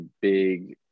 big